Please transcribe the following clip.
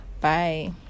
Bye